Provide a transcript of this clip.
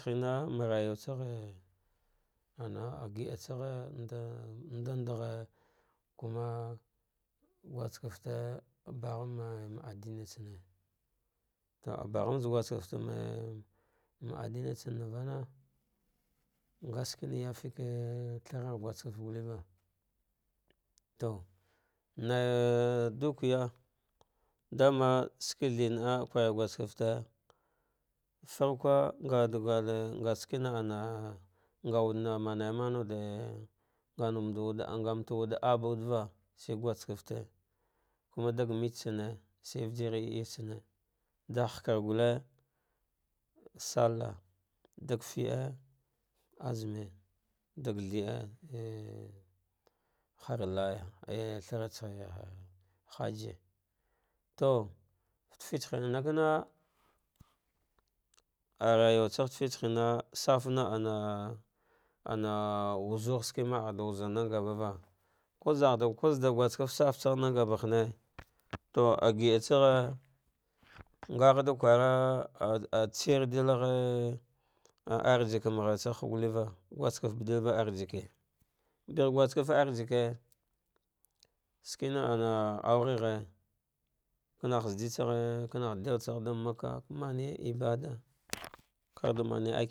Hma mraguwa tsahghha ana ageah tsaghe kuma gusk elte ba ghame mba aɗɗin tsane to bagh am tsane mbe aɗɗinitsan vaha ngashikena yah ka through guskasftee guskasfte gulleva to vavi dukiya dana ske thide naa akure guskeefte farkwu ngha shikina ana nygh wude na mame vema wude nghante wudeab wudella sai guskefte kuma ɗag meetsenne shine visir eytsane ɗagh hakar gulle sallah dak fije mume dak thirde agh har laya agh thratsa hadi to fatiyi tse inna lana, arayuwatsa fate filse himn ana, ana wuzuhgh skama auwnɗa wuzanagabava az saftso nan saba hanne to gida tsase ngha da kwara ah tserdil she a arzikimba hartsa hava gusketa baɗɗul ba avziki begh guskefu arzikte sicena ana auwaghe kanah tsa zaɗitsaghe tsaghe dan makakh ɗa man ibada kad mane.